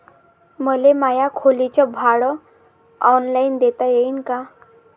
मले माया खोलीच भाड ऑनलाईन देता येईन का?